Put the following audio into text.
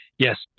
Yes